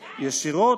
ישירות,